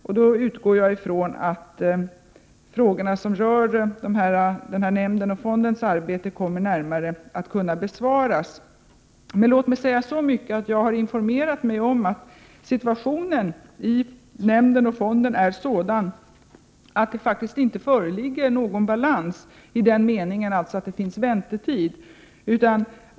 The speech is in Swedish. Jag utgår ifrån att de frågor som rör nämndens och fondens arbete kommer att kunna besvaras närmare då. Låt mig säga så mycket som att jag har informerat mig om att situationen i nämnden resp. fonden är sådan att det inte föreligger någon balans i den meningen att det finns väntetider.